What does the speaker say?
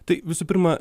tai visų pirma